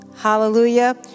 Hallelujah